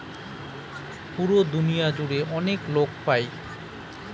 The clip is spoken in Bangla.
পুরো দুনিয়া জুড়ে অনেক লোক পাই